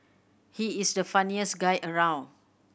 he is the funniest guy around